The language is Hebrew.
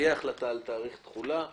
החלטה על תאריך תחולה.